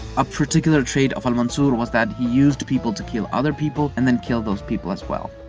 a particular trait of al-mansur was that he used people to kill other people and then killed those people as well.